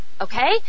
okay